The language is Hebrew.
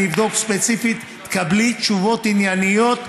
אני אבדוק ספציפית, תקבלי תשובות ענייניות,